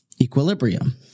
equilibrium